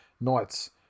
Knights